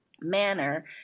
manner